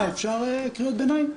אה, אפשר קריאות ביניים?